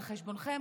על חשבונכם,